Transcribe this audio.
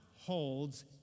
holds